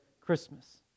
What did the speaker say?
Christmas